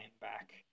back